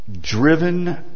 driven